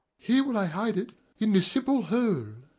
here will i hide it in this simple hole.